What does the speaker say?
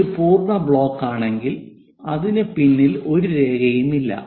ഇത് ഒരു പൂർണ്ണ ബ്ലോക്കാണെങ്കിൽ അതിന് പിന്നിൽ ഒരു രേഖയുമില്ല